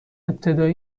ابتدایی